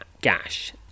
gash